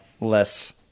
less